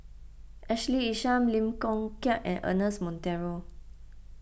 Ashley Isham Lim Chong Keat and Ernest Monteiro